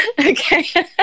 Okay